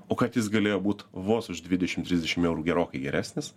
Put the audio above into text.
o kad jis galėjo būt vos už dvidešim trisdešim eurų gerokai geresnis